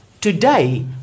Today